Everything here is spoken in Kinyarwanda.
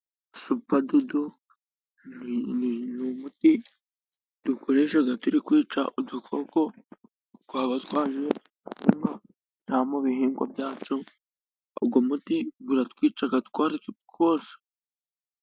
Supadudu ni umuti dukoresha turi kwica udukoko twaba twaje mu murima cyangwa mu bihingwa byacu. Uwo muti uratwica utwo ari two twose.